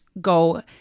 go